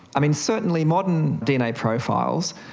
i mean, certainly modern dna profiles,